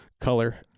color